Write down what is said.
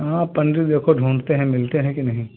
हाँ अपन भी देखो हैं ढूंढते हैं मिलते हैं कि नहीं